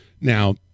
Now